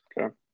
Okay